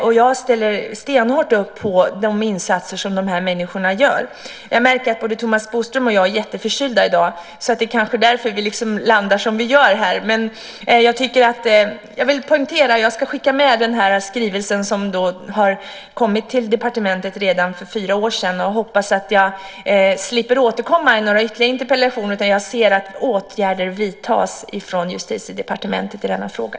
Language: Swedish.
Jag ställer stenhårt upp på de insatser som de här människorna gör. Jag märker att vi båda, Thomas Bodström, är jätteförkylda i dag. Det är kanske därför som vi landar som vi gör här. Jag skickar med den skrivelse som kom till departementet redan för fyra år sedan och hoppas att jag slipper återkomma med ytterligare interpellationer på grund av att Justitiedepartementet inte vidtagit åtgärder när det gäller denna fråga.